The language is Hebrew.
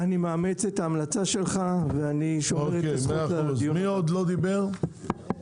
אני מאמץ את ההמלצה שלך ושומר את זכות הדיבור להמשך הדיון.